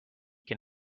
can